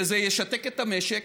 שזה ישתק את המשק,